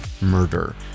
murder